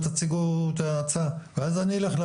אני מתכבד לפתוח את ישיבת ועדת משנה של